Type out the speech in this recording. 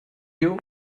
you